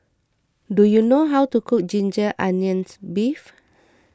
do you know how to cook Ginger Onions Beef